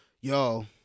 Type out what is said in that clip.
Yo